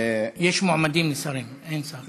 יש מועמדים לשרים, אין שר.